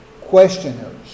questioners